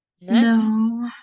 No